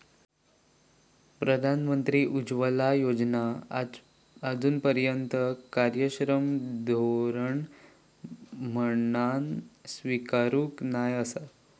प्रधानमंत्री उज्ज्वला योजना आजूनपर्यात कार्यक्षम धोरण म्हणान स्वीकारूक नाय आसा